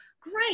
Great